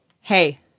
hey